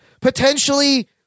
potentially